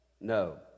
No